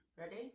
Ready